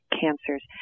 cancers